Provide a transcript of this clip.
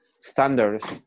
standards